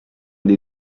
dei